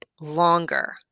longer